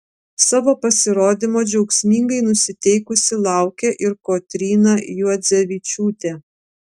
savo pasirodymo džiaugsmingai nusiteikusi laukė ir kotryna juodzevičiūtė